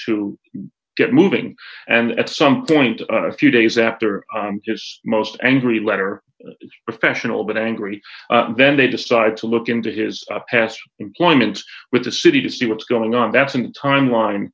to get moving and at some point a few days after this most angry letter professional but angry then they decide to look into his past employment with the city to see what's going on that's an timeline